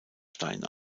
stein